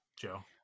Joe